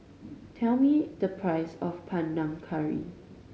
tell me the price of Panang Curry